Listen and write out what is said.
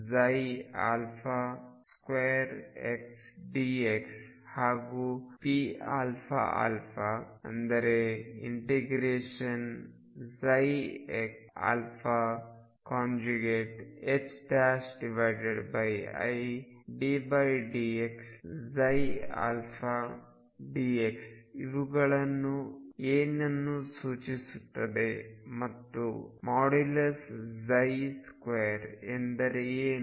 ∫2xdx ಹಾಗೂ pαα ಅಂದರೆ∫iddx dx ಇವುಗಳು ಏನನ್ನು ಸೂಚಿಸುತ್ತದೆ ಮತ್ತು 2 ಎಂದರೆ ಏನು